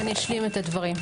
אני אשלים את הדברים,